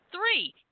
Three